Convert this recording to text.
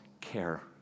care